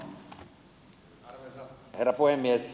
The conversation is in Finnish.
arvoisa herra puhemies